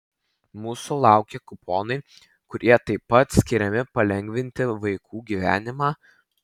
mūsų laukia kuponai kurie taip pat skiriami palengvinti vaikų gyvenimą